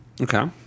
Okay